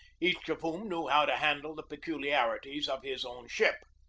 each of whom knew how to handle the peculiarities of his own ship.